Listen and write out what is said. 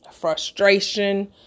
frustration